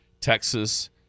Texas